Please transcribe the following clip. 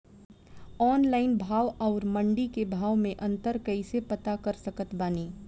Online भाव आउर मंडी के भाव मे अंतर कैसे पता कर सकत बानी?